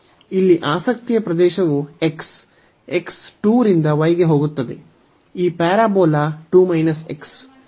ಇಲ್ಲಿ ಆಸಕ್ತಿಯ ಪ್ರದೇಶವು x x 2 ರಿಂದ y ಹೋಗುತ್ತದೆ ಈ ಪ್ಯಾರಾಬೋಲಾ 2 x